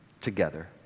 together